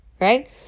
right